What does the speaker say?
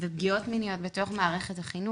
ופגיעות מיניות בתוך מערכת החינוך,